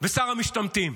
ושר המשתמטים.